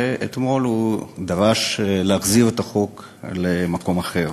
ואתמול הוא דרש להחזיר את החוק למקום אחר